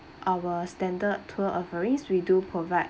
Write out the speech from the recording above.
our standard tour offerings we do provide